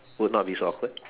would not be so awkward